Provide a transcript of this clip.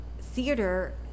theater